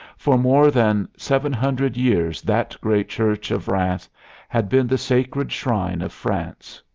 for more than seven hundred years that great church of rheims had been the sacred shrine of france.